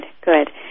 good